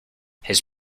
his